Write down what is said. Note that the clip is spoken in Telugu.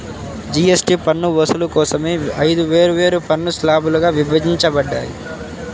జీఎస్టీ పన్ను వసూలు కోసం ఐదు వేర్వేరు పన్ను స్లాబ్లుగా విభజించబడ్డాయి